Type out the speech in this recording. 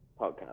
podcast